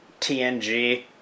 TNG